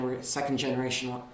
second-generation